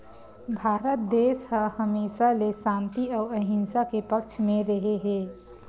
भारत देस ह हमेसा ले सांति अउ अहिंसा के पक्छ म रेहे हे